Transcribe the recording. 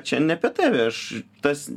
čia ne apie tave aš tas